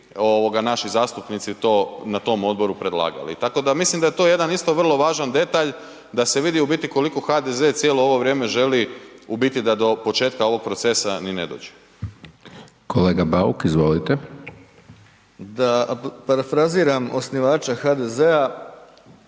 naši zastupnici to na tom odboru predlagali. I tako da mislim da je to jedan isto vrlo važan detalj da se vidi u biti koliko HDZ cijelo ovo vrijeme želi u biti da do početka ovog procesa ni ne dođe. **Hajdaš Dončić, Siniša (SDP)**